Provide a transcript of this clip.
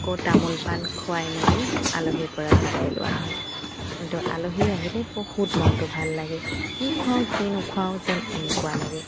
আকৌ তামোল পাণ খুৱাই মেলি আলহীৰ পৰা বিদায় লোৱা হয় কিন্তু আলহী আহিলে বহুত মনটো ভাল লাগে কি খুৱাওঁ কি নুখুৱাওঁ যেন এনেকুৱা লাগে